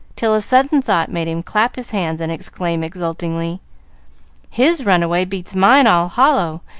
till a sudden thought made him clap his hands and exclaim exultingly his runaway beats mine all hollow,